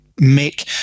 make